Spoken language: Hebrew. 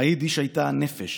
היידיש הייתה הנפש.